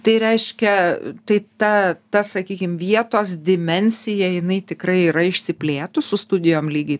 tai reiškia tai ta ta sakykim vietos dimensija jinai tikrai yra išsiplėtus su studijom lygiai